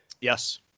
Yes